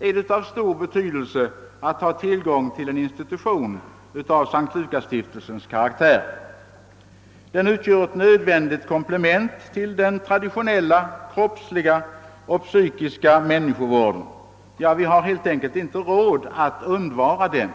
är det av stor betydelse att ha tillgång till en institution av S:t Lukasstiftelsens karaktär: Den utgör ett nödvändigt komplement till den traditionella kroppsliga och psykiska människovården. Vi har helt enkelt inte råd att undvara den.